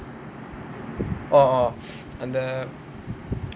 orh orh அந்த:antha